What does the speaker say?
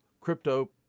crypto